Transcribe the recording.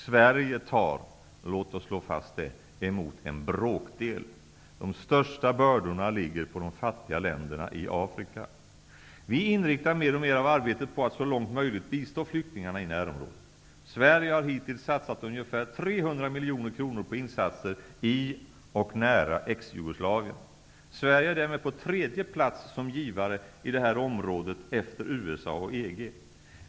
Sverige tar emot -- låt oss slå fast det -- en bråkdel. De största bördorna ligger på de fattiga länderna i Afrika. Vi inriktar mer och mer av arbetet på att så långt möjligt bistå flyktingarna i närområdet. Sverige har hittills satsat ungefär 300 miljoner kronor på insatser i och nära Ex-Jugoslavien. Sverige är därmed på tredje plats som givare i det här området, efter USA och EG.